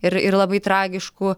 ir ir labai tragiškų